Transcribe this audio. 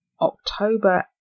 October